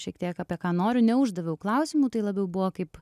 šiek tiek apie ką noriu neuždaviau klausimų tai labiau buvo kaip